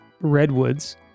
redwoods